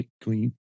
clean